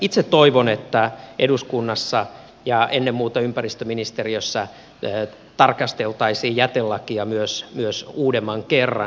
itse toivon että eduskunnassa ja ennen muuta ympäristöministeriössä tarkasteltaisiin jätelakia myös uudemman kerran